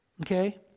Okay